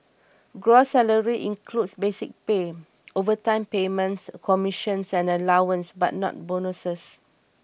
gross salary includes basic pay overtime payments commissions and allowances but not bonuses